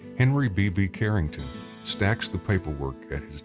henry beebee carrington stacks the paperwork at this